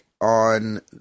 on